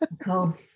Cool